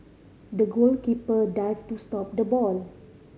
the goalkeeper dived to stop the ball